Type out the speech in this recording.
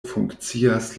funkcias